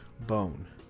bone